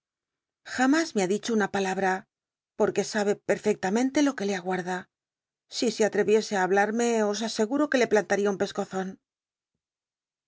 jamas me ha dicho una palabra porquc sabe perfectamente lo que le aguarda si se atrcyiesc á hablarme os aseguro que le plantaria un pcscozon